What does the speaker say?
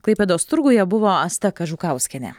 klaipėdos turguje buvo asta kažukauskienė